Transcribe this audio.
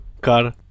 car